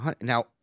now